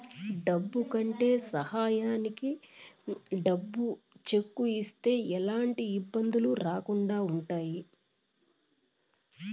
డబ్బు కట్టే సమయానికి డబ్బు సెక్కు ఇస్తే ఎలాంటి ఇబ్బందులు రాకుండా ఉంటాయి